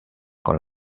con